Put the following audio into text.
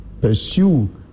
pursue